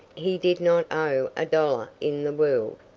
he did not owe a dollar in the world.